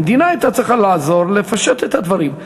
המדינה הייתה צריכה לעזור לפשט את הדברים.